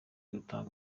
gutanga